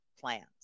plans